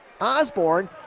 Osborne